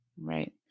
Right